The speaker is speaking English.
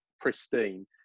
pristine